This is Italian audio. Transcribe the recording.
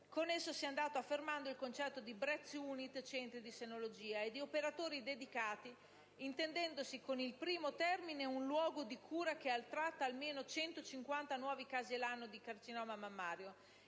Con essa si è andato affermando il concetto di *Breast Unit* (Centri di senologia) e di operatori dedicati, intendendosi con il primo termine un luogo di cura che tratta almeno 150 nuovi casi l'anno di carcinoma mammario,